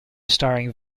starring